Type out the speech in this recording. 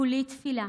כולי תפילה